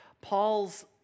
Paul's